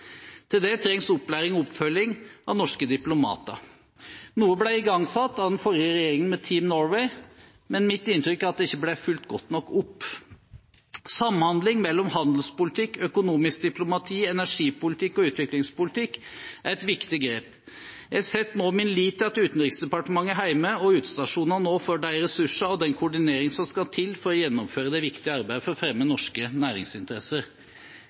Til det trengs opplæring og oppfølging av norske diplomater. Noe ble igangsatt av den forrige regjeringen, med Team Norway, men mitt inntrykk er at det ikke ble fulgt godt nok opp. Samhandling mellom handelspolitikk, økonomisk diplomati, energipolitikk og utviklingspolitikk er et viktig grep. Jeg setter nå min lit til at Utenriksdepartementet hjemme og utestasjonene nå får de ressursene og den koordineringen som skal til for å gjennomføre det viktige arbeidet for å fremme norske næringsinteresser.